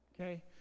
Okay